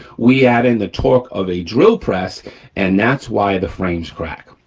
we add in the torque of a drill press and that's why the frames crack,